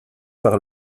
par